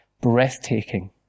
breathtaking